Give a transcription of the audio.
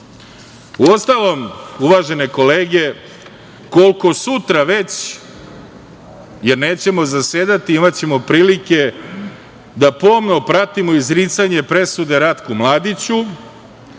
namerna. Uostalom, uvažene kolege, koliko sutra već jer nećemo zasedati, imaćemo prilike da pomno pratimo izricanje presude Ratku Mladiću,